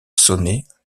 sonner